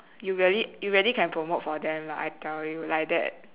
you really you really can promote for them lah I tell you like that